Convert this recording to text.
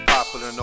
Popular